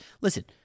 listen